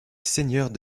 seigneurs